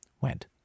went